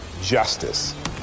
justice